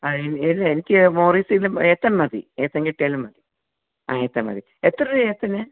ആ ഇല്ല ഇല്ലെനിക്ക് മോറിസിന്നും ഏത്തൻ മതി ഏത്തൻ കിട്ടിയാലും മതി ആ ഏത്തൻ മതി എത്ര രൂപയാണ് ഏത്തന്